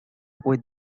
with